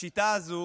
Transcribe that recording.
השיטה הזו